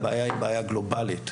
אלא היא בעיה גלובלית.